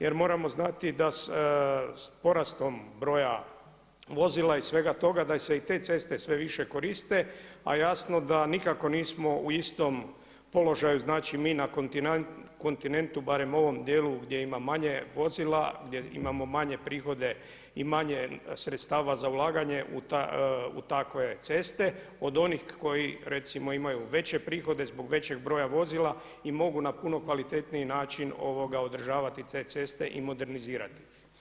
Jer moramo znati da s porastom broja vozila i svega toga, da se i te ceste sve više koriste, a jasno da nikako nismo u istom položaju, znači mi na kontinentu, barem ovom dijelu gdje ima manje vozila, gdje imamo manje prihode i manje sredstava za ulaganje u takve ceste od onih koji recimo imaju veće prihode zbog većeg broja vozila i mogu na puno kvalitetniji način održavati te ceste i modernizirati ih.